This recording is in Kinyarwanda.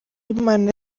imana